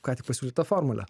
ką tik pasiūlytą formulę